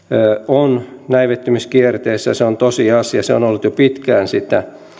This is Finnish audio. on näivettymiskierteessä se on tosiasia se on on ollut jo pitkään sitä